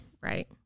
Right